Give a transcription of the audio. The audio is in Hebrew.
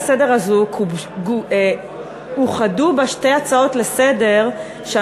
הזאת לסדר-היום אוחדו שתי הצעות לסדר-היום,